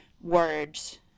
words